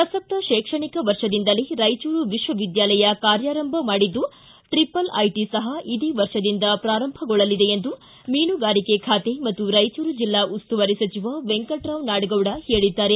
ಪ್ರಸಕ್ತ ಶೈಕ್ಷಣಿಕ ವರ್ಷದಿಂದಲೇ ರಾಯಚೂರು ವಿಶ್ವ ವಿದ್ಯಾಲಯ ಕಾರ್ಯಾರಂಭ ಮಾಡಿದ್ದು ಟ್ರಪಲ್ ಐಟಿ ಸಹ ಇದೇ ವರ್ಷದಿಂದ ಪ್ರಾರಂಭಗೊಳ್ಳಲಿದೆ ಎಂದು ಮೀನುಗಾರಿಕೆ ಖಾತೆ ಮತ್ತು ರಾಯಚೂರು ಜಿಲ್ಲಾ ಉಸ್ತುವಾರಿ ಸಚಿವ ವೆಂಕಟರಾವ್ ನಾಡಗೌಡ ಹೇಳಿದ್ದಾರೆ